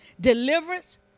deliverance